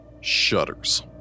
shudders